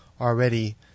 already